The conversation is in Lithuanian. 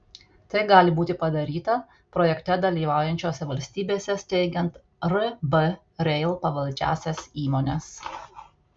tai gali būti padaryta projekte dalyvaujančiose valstybėse steigiant rb rail pavaldžiąsias įmones